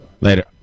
Later